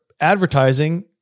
advertising